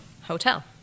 hotel